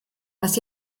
was